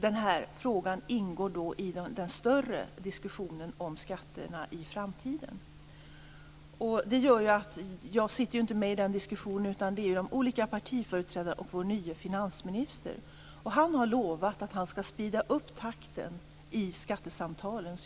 Den här frågan ingår i den större diskussionen om skatterna i framtiden. Jag sitter ju inte med i den diskussionen. Den förs mellan de olika partiföreträdarna och vår nya finansminister. Han har lovat att han skall speeda upp takten i skattesamtalen.